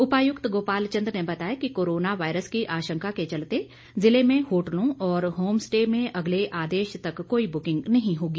उपायुक्त गोपाल चंद ने बताया कि कोरोना वायरस की आशंका के चलते ज़िले में होटलों और होमस्टे में अगले आदेश तक कोई बुकिंग नहीं होगी